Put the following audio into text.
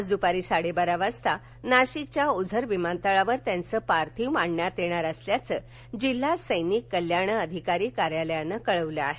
आज दपारी साडे बारा वाजता नाशिकच्या ओझर विमानतळावर त्यांचे पार्थिव आणण्यात येणार असल्याचे जिल्हा सैनिक कल्याण अधिकारी कार्यालयाने कळविल आहे